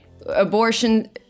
abortion